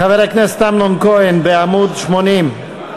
חבר הכנסת אמנון כהן, בעמוד 80,